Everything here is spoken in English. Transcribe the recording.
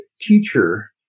teacher